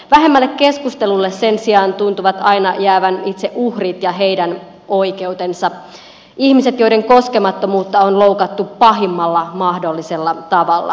vähemmälle keskustelulle sen sijaan tuntuvat aina jäävän itse uhrit ja heidän oikeutensa ihmiset joiden koskemattomuutta on loukattu pahimmalla mahdollisella tavalla